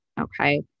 okay